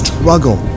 struggle